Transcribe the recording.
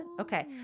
Okay